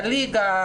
הליגה,